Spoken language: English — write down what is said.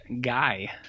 guy